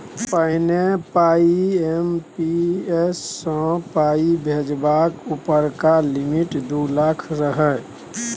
पहिने आइ.एम.पी.एस सँ पाइ भेजबाक उपरका लिमिट दु लाख रहय